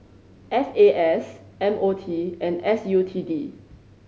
F A S M O T and S U T D